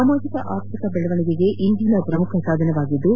ಸಾಮಾಜಿಕ ಆರ್ಥಿಕ ಬೆಳವಣಿಗೆಗೆ ಇಂಧನ ಪ್ರಮುಖ ಸಾಧನವಾಗಿದ್ದು